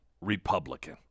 Republican